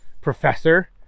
Professor